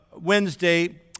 Wednesday